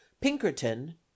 Pinkerton